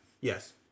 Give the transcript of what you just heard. Yes